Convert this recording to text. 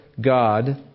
God